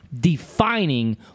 defining